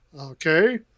okay